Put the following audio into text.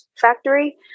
factory